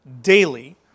daily